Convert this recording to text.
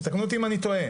תתקנו אותי אם אני טועה,